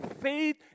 faith